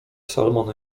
salomon